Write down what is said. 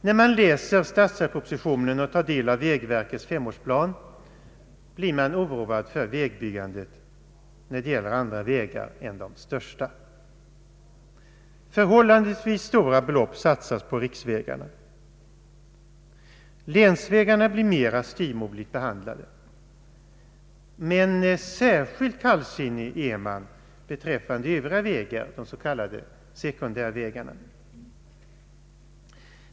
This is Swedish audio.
När man läser statsverkspropositionen och tar del av vägverkets femårsplan blir man oroad för vägbyggandet när det gäller andra vägar än de största. Förhållandevis stora belopp satsas på riksvägarna. Länsvägarna blir mer styvmoderligt behandlade. Men särskilt kallsinnig är man beträffande övriga vägar, de så kallade sekundärvägarna.